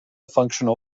functional